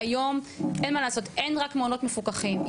היום אין מה לעשות אין רק מעונות מפוקחים,